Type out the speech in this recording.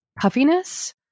puffiness